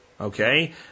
okay